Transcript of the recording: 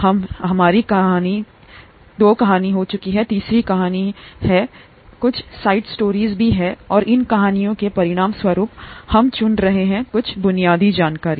हम हैं हमारी तीसरी कहानी और कुछ साइड साइड स्टोरीज और इन कहानियों के परिणामस्वरूप हम चुन रहे हैं कुछ बुनियादी जानकारी